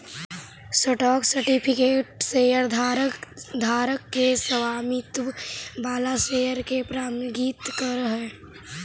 stock certificate शेयरधारक के स्वामित्व वाला शेयर के प्रमाणित करऽ हइ